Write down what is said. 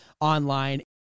online